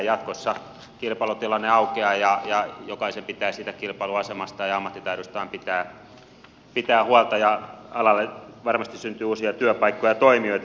jatkossa kilpailutilanne aukeaa ja jokaisen pitää siitä kilpailuasemastaan ja ammattitaidostaan pitää huolta ja alalle varmasti syntyy uusia työpaikkoja ja toimijoita